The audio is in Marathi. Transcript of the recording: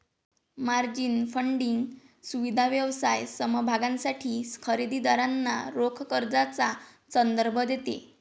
मार्जिन फंडिंग सुविधा व्यवसाय समभागांसाठी खरेदी दारांना रोख कर्जाचा संदर्भ देते